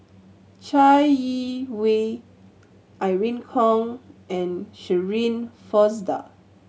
Chai Yee Wei Irene Khong and Shirin Fozdar